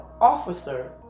officer